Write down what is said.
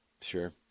Sure